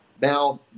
Now